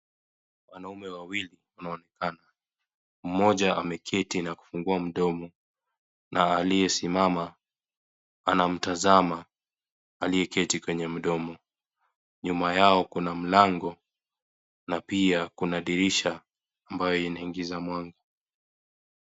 Wanaume wawili wanaonekana. Mmoja ameketi na kufungua mdomo na aliyesimama anamtazama aliyeketi kwenye mdomo. Nyuma yao kuna mlango na pia kuna dirisha ambayo inaingiza mwanga.